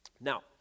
Now